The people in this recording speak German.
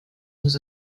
muss